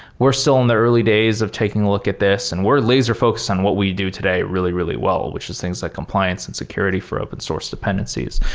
we're still in the early days of taking a look at this and we're laser-focused on what we do today really, really well, which is things like compliance and security for open source dependencies.